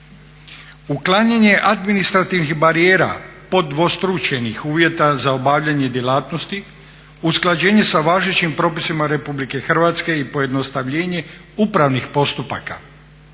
Uklanjanje administrativnih barijera, podvostručenih uvjeta za obavljanje djelatnosti, usklađenje sa važećim propisima Republike Hrvatske i pojednostavljenje upravnih postupaka.